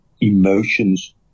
emotions